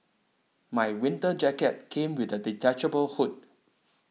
my winter jacket came with a detachable hood